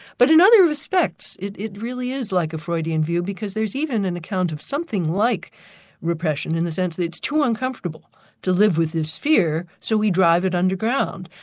but in other respects, it it really is like a freudian view because there's even an account of something like repression, in the sense that it's too uncomfortable to live with this fear, so we drive it underground.